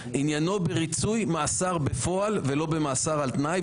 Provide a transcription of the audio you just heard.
עניינו בריצוי מאסר בפועל ולא במאסר על תנאי,